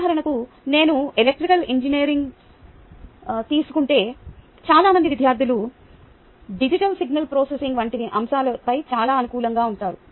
ఉదాహరణకు నేను electrical engineering తీసుకుంటే చాలా మంది విద్యార్థులు డిజిటల్ సిగ్నల్ ప్రాసెసింగ్ వంటి అంశంపై చాలా అనుకూలంగా ఉంటారు